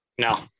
No